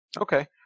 Okay